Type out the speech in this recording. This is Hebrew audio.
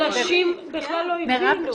נשים בכלל לא הבינו.